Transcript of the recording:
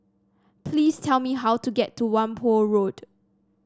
please tell me how to get to Whampoa Road